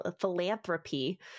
philanthropy